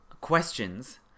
questions